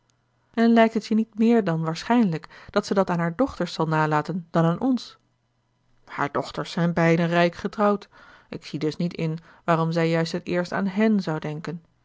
lijkt het je niet meer dan waarschijnlijk dat ze dat aan haar dochters zal nalaten dan aan ons haar dochters zijn beiden rijk getrouwd ik zie dus niet in waarom zij juist het eerst aan hèn zou denken